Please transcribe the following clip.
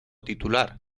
titular